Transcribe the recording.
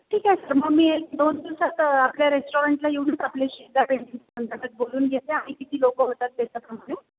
ठीक आहे सर मग मी एक दोन दिवसात आपल्या रेस्टॉरंटला येऊनच आपल्याशी गाठ घेऊन बोलून घेते आणि किती लोकं होतात त्याच्याप्रमाणे